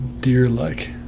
Deer-like